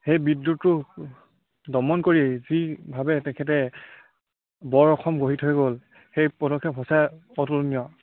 সেই বিদ্ৰোহটো দমন কৰি যিভাৱে তেখেতে বৰ অসম গঢ়ি থৈ গ'ল সেই পদক্ষেপ সঁচাই অতুলনীয়